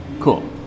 cool